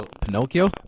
Pinocchio